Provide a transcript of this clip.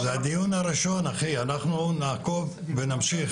זה הדיון הראשון, אנחנו נמשיך ונעקוב.